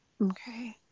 Okay